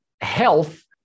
health